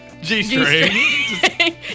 G-string